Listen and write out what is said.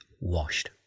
washed